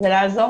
ולעזור